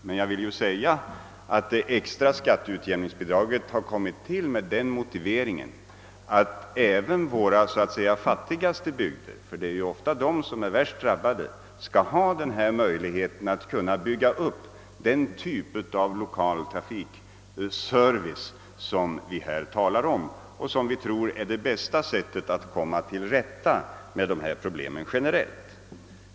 Jag vill emellertid säga att det extra skatteutjämningsbidraget har kommit till med den motiveringen att även våra så att säga fattigaste bygder — det är ju ofta dessa som är mest drabbade — skall ha möjlighet att bygga upp den typ av lokal trafikservice som vi talar om och som jag tror är det bästa sättet att komma till rätta med dessa problem generellt.